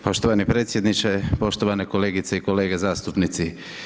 Poštovani predsjedniče, poštovane kolegice i kolege zastupnici.